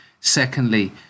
Secondly